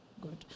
Good